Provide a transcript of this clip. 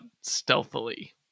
stealthily